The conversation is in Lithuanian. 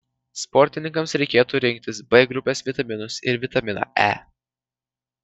sportininkams reikėtų rinktis b grupės vitaminus ir vitaminą e